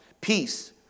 Peace